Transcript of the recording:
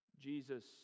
Jesus